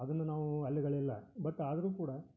ಅದನ್ನು ನಾವೂ ಅಲ್ಲಗಳೆಯಲ್ಲ ಬಟ್ ಆದರೂ ಕೂಡ